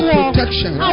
protection